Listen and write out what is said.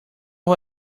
who